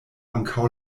ankaŭ